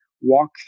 walk